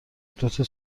دوتا